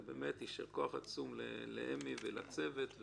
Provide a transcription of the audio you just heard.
ובאמת יישר כוח עצום לאמי ולצוות.